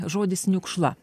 žodis niukšla